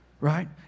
Right